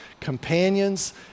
companions